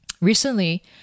Recently